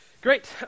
Great